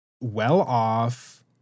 well-off